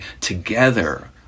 together